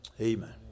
Amen